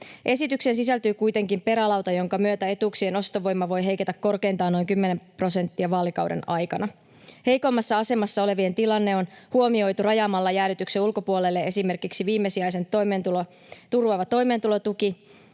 Esitykseen sisältyy kuitenkin perälauta, jonka myötä etuuksien ostovoima voi heiketä korkeintaan noin 10 prosenttia vaalikauden aikana. Heikoimmassa asemassa olevien tilanne on huomioitu rajaamalla jäädytyksen ulkopuolelle esimerkiksi viimesijaisen toimeentulon turvaava toimeentulotuki,